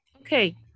Okay